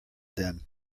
then